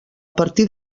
partir